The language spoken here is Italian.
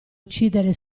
uccidere